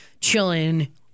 chilling